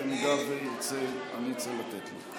אם הוא ירצה אני צריך לתת לו.